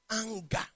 Anger